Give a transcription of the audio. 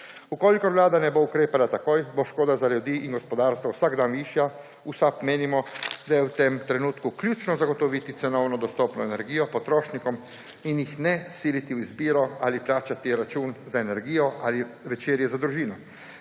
Če Vlada ne bo ukrepala takoj, bo škoda za ljudi in gospodarstvo vsak dan višja. V SAB menimo, da je v tem trenutku ključno zagotoviti cenovno dostopno energijo potrošnikom in jih ne siliti v izbiro, ali plačati račun za energijo ali večerjo za družino.